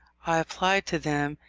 i applied to them,